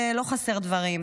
ולא חסרים דברים.